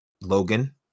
Logan